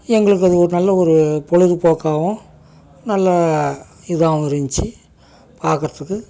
எங்களுக்கு அது ஒரு நல்ல ஒரு பொழுது போக்காகவும் நல்ல இதாகவும் இருந்துச்சு பார்க்கறதுக்கு